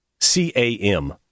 C-A-M